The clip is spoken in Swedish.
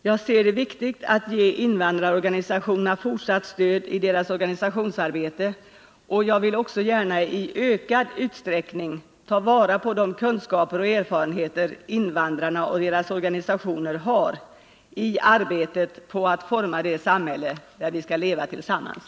Jag ser det som viktigt att ge invandrarorganisationerna fortsatt stöd i deras organisationsarbete, och jag vill också gärna i ökad utsträckning ta vara på de kunskaper och erfarenheter invandrarna och deras organisationer har i arbetet på att forma det samhälle där vi skall leva tillsammans.